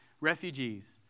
Refugees